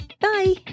Bye